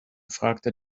fragte